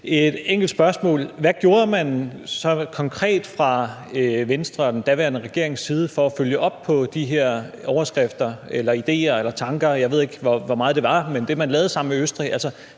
et enkelt spørgsmål: Hvad gjorde man så konkret fra Venstre og den daværende regerings side for at følge op på de her overskrifter eller idéer eller tanker, jeg ved ikke, hvor meget det var, men altså det, man lavede sammen med Østrig?